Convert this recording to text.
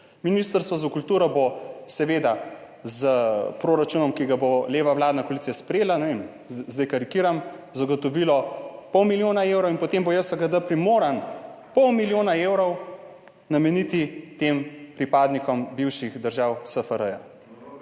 Ministrstvo za kulturo bo seveda s proračunom, ki ga bo leva vladna koalicija sprejela, ne vem, zdaj karikiram, zagotovilo pol milijona evrov in potem bo JSKD primoran pol milijona evrov nameniti tem pripadnikom bivših držav SFRJ.